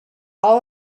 all